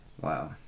Wow